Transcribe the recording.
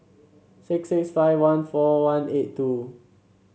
six six five one four one eight two